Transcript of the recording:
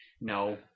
No